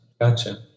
Gotcha